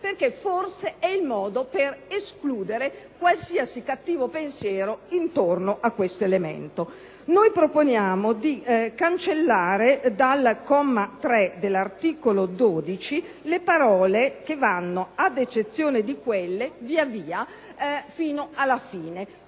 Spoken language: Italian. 12.3. Forse è l'unico modo per escludere qualsiasi cattivo pensiero intorno a questo elemento. Noi proponiamo di cancellare dal comma 3 dell'articolo 12 dalle parole: «ad eccezione di quelle» fino alla fine